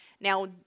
Now